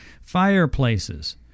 Fireplaces